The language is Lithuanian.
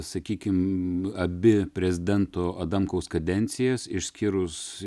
sakykim abi prezidento adamkaus kadencijas išskyrus